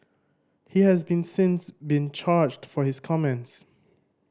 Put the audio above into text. he has been since been charged for his comments